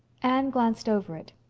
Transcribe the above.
anne glanced over it,